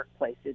workplaces